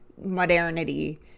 modernity